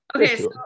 okay